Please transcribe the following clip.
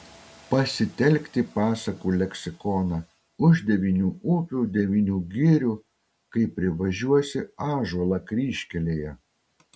pasitelkti pasakų leksikoną už devynių upių devynių girių kai privažiuosi ąžuolą kryžkelėje